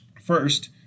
first